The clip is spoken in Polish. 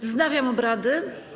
Wznawiam obrady.